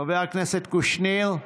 חבר הכנסת קושניר,